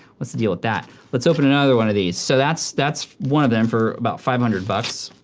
what's the deal with that? let's open another one of these. so that's that's one of them for about five hundred bucks.